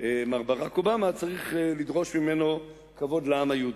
מר ברק אובמה, צריך לדרוש ממנו כבוד לעם היהודי.